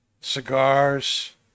Cigars